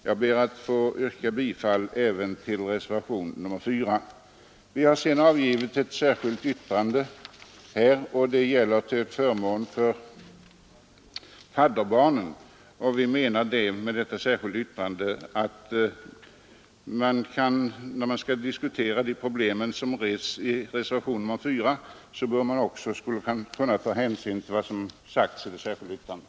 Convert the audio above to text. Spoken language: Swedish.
Jag ber att få yrka bifall även till reservationen 4. Vi har också avgivit ett särskilt yttrande till förmån för fadderbarnsverksamheten. Vi hoppas att man när man skall diskutera de problem som reses i reservationen 4 också skall ta hänsyn till vad som är uttalat i detta särskilda yttrande.